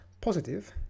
positive